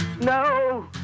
No